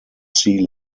sea